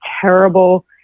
terrible